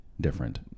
different